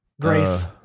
Grace